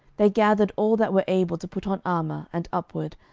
they gathered all that were able to put on armour, and upward,